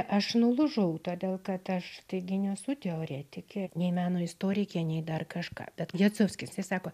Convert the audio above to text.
aš nulūžau todėl kad aš taigi nesu teoretikė nei meno istorikė nei dar kažką bet jacovskis jis sako